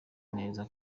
neza